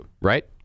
right